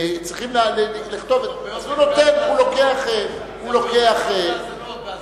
צריכים לכתוב, זה הרבה יותר קל מהאזנות, והאזנות,